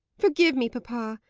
forgive me, papa.